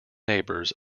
neighbors